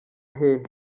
hehe